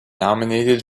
nominated